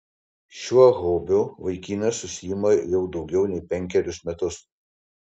šiuo hobiu vaikinas užsiima jau daugiau nei penkerius metus